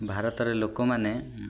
ଭାରତରେ ଲୋକମାନେ